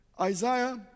Isaiah